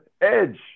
Edge